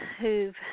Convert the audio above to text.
who've